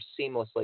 seamlessly